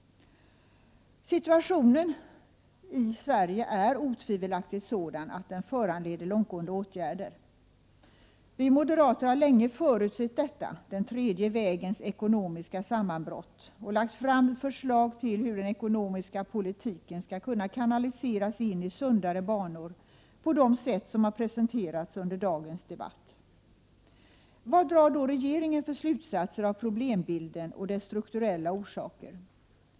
Situationen i Sverige är otvivelaktigt sådan att den föranleder långtgående åtgärder. Vi moderater har länge förutsett den tredje vägens ekonomiska sammanbrott och lagt fram förslag till hur den ekonomiska politiken, på de sätt som presenterats under dagens debatt, skall kunna kanaliseras in i sundare banor. Vad drar då regeringen för slutsatser av problembilden och dess strukturella orsaker?